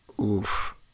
Oof